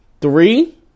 Three